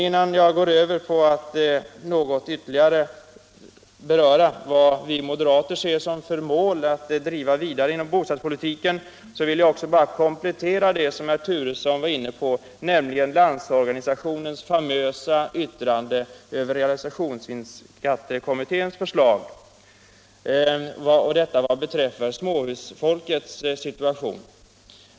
Innan jag går över till att ytterligare beröra vad vi moderater ser som mål inom bostadspolitiken vill jag bara komplettera det som herr Turesson var inne på, nämligen LO:s famösa yttrande över realisationsvinstskattekommitténs förslag. Det gäller här småhusfolkets situation.